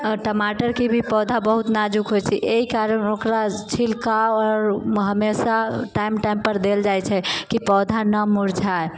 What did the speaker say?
टमाटरके भी पौधा बहुत नाजुक होइत छै एहि कारण ओकरा छिलका आओर हमेशा टाइम टाइम पर देल जाइत छै कि पौधा नहि मुरझाए